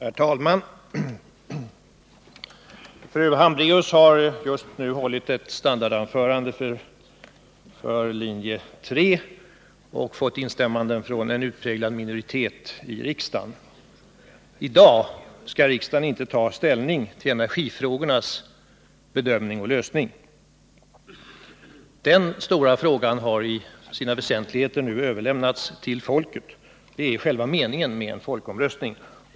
Herr talman! Fru Hambraeus har just nu hållit ett standardanförande för linje 3 och fått instämmanden från en utpräglad minoritet i riksdagen. I dag skall riksdagen inte ta ställning till energifrågornas bedömning och lösning. Den viktiga uppgiften har i sina väsentligheter överlämnats till folket — det är själva meningen med en folkomröstning.